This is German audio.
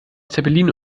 zeppelin